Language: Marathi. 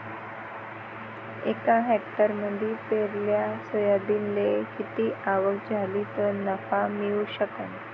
एका हेक्टरमंदी पेरलेल्या सोयाबीनले किती आवक झाली तं नफा मिळू शकन?